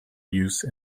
use